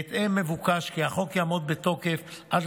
בהתאם, מבוקש כי החוק יעמוד בתוקף עד